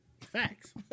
Facts